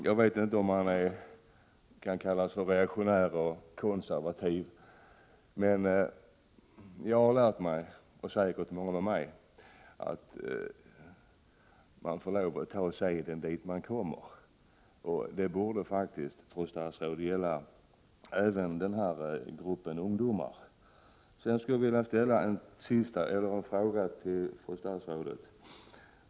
Jag vet inte om jag kallas reaktionär och konservativ, men jag har lärt mig— och det har säkert många med mig gjort — att man får lov att ta seden dit man kommer. Det borde faktiskt, fru statsråd, gälla även den här gruppen ungdomar. Slutligen vill jag ställa en kompletterande fråga till fru statsrådet.